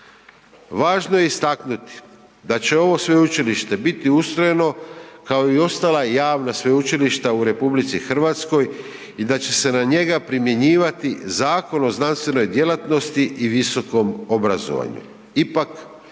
Važno je istaknuti da će ovo Sveučilište biti ustrojeno kao i ostala javna sveučilišta u RH i da će se na njega primjenjivati Zakon o znanstvenoj djelatnosti i visokom obrazovanju.